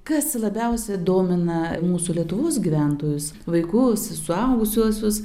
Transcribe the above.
kas labiausiai domina mūsų lietuvos gyventojus vaikus suaugusiuosius